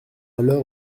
alors